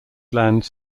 lands